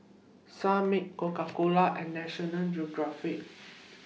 Sunmaid Coca Cola and National Geographic